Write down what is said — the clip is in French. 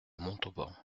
montauban